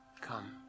Come